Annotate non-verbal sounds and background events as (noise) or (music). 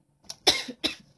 (coughs)